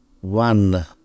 one